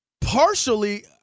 Partially